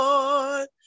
Lord